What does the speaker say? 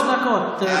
שלוש דקות,